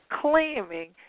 claiming